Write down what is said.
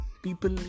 People